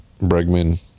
Bregman